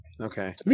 Okay